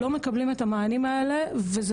הילדים האלה לא מקבלים את המענים האלה וזה